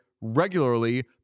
regularly